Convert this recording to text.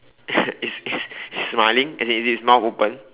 it's it's it's smiling as in is its mouth open